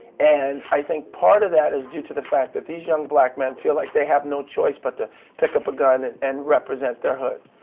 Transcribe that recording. and i think part of that is due to the fact that these young black men feel like they have no choice but to pick up a gun and represent their hood.